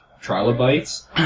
trilobites